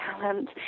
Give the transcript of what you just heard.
talent